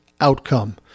outcome